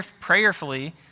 prayerfully